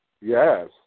Yes